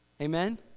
amen